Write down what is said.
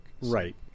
Right